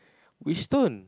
we stone